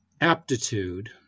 aptitude